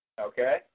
okay